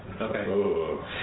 okay